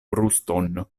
bruston